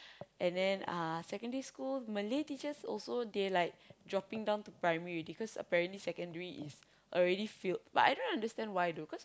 and then uh secondary school Malay teachers also they like dropping down to Primary already because apparently Secondary is already filled but I don't understand why though because